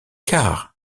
car